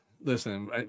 listen